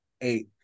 eight